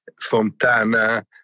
Fontana